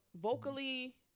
Vocally